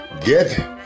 get